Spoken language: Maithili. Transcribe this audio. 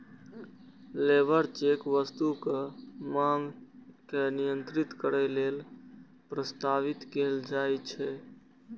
लेबर चेक वस्तुक मांग के नियंत्रित करै लेल प्रस्तावित कैल जाइ छै